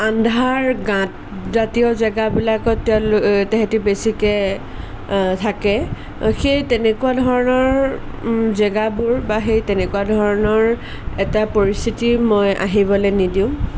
আন্ধাৰ গাঁত জাতীয় জেগাবিলাকত তেওঁলোকে তাহাঁতি বেছিকে আ থাকে সেই তেনেকুৱা ধৰণৰ জেগাবোৰ বা সেই তেনেকুৱা ধৰণৰ এটা পৰিস্থিতি মই আহিবলৈ নিদিওঁ